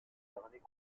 derniers